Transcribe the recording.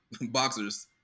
boxers